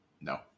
No